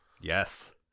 Yes